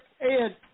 Ed